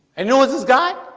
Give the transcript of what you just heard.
i know it's this guy.